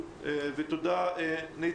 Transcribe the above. כמה ההנחיות הבריאותיות אכן מיושמות.